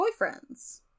boyfriends